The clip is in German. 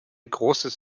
großes